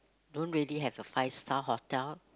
don't really have a five star hotel